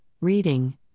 reading